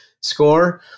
score